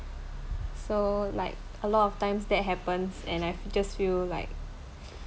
so like a lot of times that happens and I just feel like